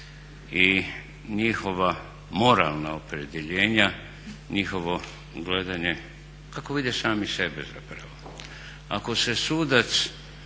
i njihova moralna opredjeljenja, njihovo gledanje kako vide sami sebe zapravo. Ako se sudac